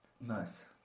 Nice